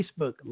Facebook